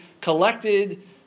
collected